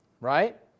right